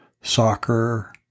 soccer